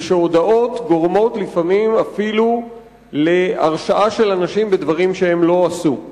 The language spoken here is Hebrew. ושהודאות גורמות לפעמים אפילו להרשעה של אנשים בדברים שהם לא עשו.